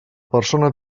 persona